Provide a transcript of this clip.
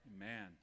amen